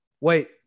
Wait